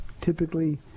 typically